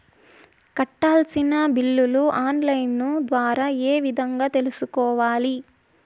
కట్టాల్సిన బిల్లులు online ద్వారా ఏ విధంగా తెలుసుకోవాలి?